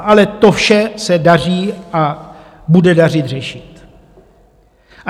Ale to vše se daří a bude dařit řešit.